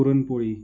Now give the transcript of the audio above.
puran poli